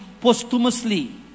posthumously